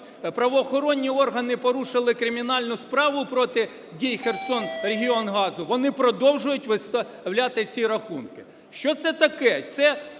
правоохоронні органи порушили кримінальну справу проти дій "Херсонрегіонгазу", вони продовжують виставляти ці рахунки. Що це таке?